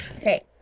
Okay